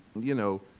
you know,